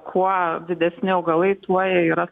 kuo didesni augalai tuo jie yra